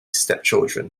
stepchildren